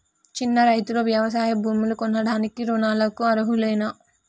చిన్న రైతులు వ్యవసాయ భూములు కొనడానికి రుణాలకు అర్హులేనా?